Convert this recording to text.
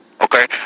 okay